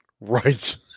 Right